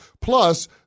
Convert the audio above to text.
Plus